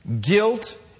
guilt